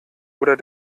oder